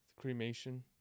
cremation